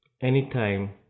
anytime